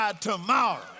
tomorrow